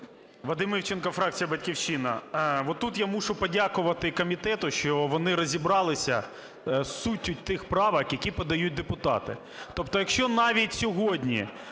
Вадим Івченко, фракція "Батьківщина". Отут я мушу подякувати комітету, що вони розібралися з суттю тих правок, які подають депутати. Тобто якщо навіть сьогодні